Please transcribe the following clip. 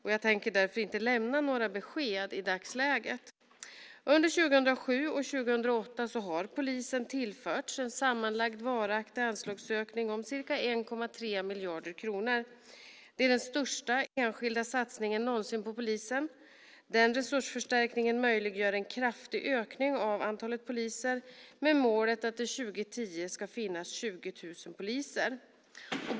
Jag tänker därför inte lämna några besked i dagsläget. Under 2007 och 2008 har polisen tillförts en sammanlagd varaktig anslagsökning om ca 1,3 miljarder kronor. Det är den största enskilda satsningen någonsin på polisen. Denna resursförstärkning möjliggör en kraftig ökning av antalet poliser, med målet att det 2010 ska finnas 20 000 poliser.